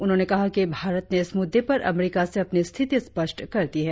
उन्होंने कहा कि भारत ने इस मुद्दे पर अमरीका से अपनी स्थिति स्पष्ट कर दी है